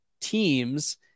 teams